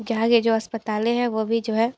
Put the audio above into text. यहाँ के जो अस्पतालें है वो भी जो है